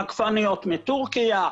עגבניות מטורקיה,